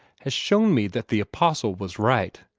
has shown me that the apostle was right.